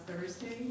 Thursday